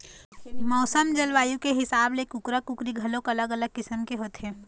मउसम, जलवायु के हिसाब ले कुकरा, कुकरी घलोक अलग अलग किसम के होथे